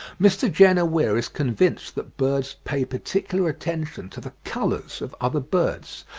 mr. jenner weir is convinced that birds pay particular attention to the colours of other birds,